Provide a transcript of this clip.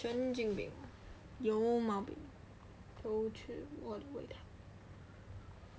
神经病有毛病